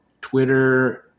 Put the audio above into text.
Twitter